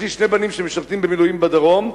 יש לי שני בנים שמשרתים במילואים בדרום.